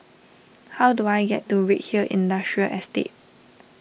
how do I get to Redhill Industrial Estate